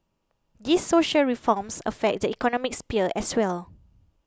these social reforms affect the economic sphere as well